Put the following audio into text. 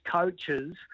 coaches